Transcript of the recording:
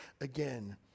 again